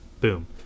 Boom